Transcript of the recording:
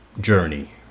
journey